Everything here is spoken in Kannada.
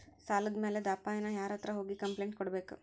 ಸಾಲದ್ ಮ್ಯಾಲಾದ್ ಅಪಾಯಾನ ಯಾರ್ಹತ್ರ ಹೋಗಿ ಕ್ಂಪ್ಲೇನ್ಟ್ ಕೊಡ್ಬೇಕು?